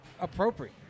Appropriate